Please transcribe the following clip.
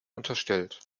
unterstellt